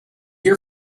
here